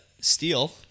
Steel